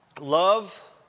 Love